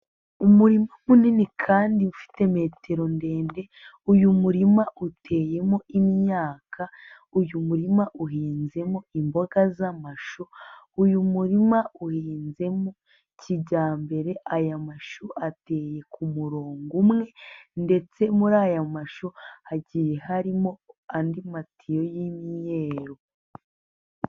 Umurima munini kandi ufite metero ndende, uyu murima uteyemo imyaka, uyu murima uhinzemo imboga z'amashu, uyu murima uhinzemo kijyambere, aya mashu ateye ku murongo umwe ndetse muri aya mashu, hagiye harimo andi matiyo y'imyeru.